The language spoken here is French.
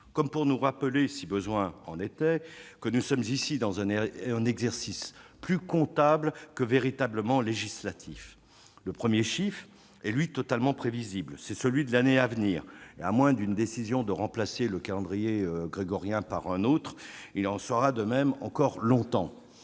comme pour nous rappeler, si besoin était, que nous sommes ici dans un exercice plus comptable que véritablement législatif. Le premier chiffre est totalement prévisible : c'est celui de l'année à venir et, à moins d'une décision visant à remplacer le calendrier grégorien par un autre, il en sera de même encore longtemps